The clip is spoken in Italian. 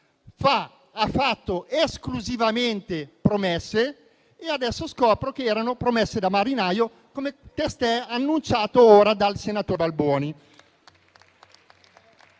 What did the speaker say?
ha fatto esclusivamente promesse e adesso scopro che erano promesse da marinaio, come testé annunciato dal senatore Balboni.